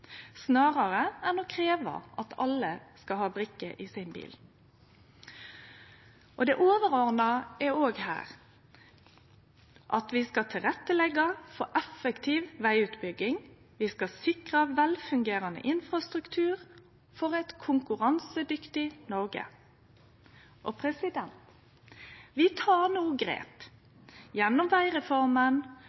brikke, enn å krevje at alle skal ha brikke i bilen sin. Det overordna er òg her at vi skal leggje til rette for effektiv vegutbygging, og vi skal sikre vel fungerande infrastruktur for eit konkurransedyktig Noreg. Vi tek no grep gjennom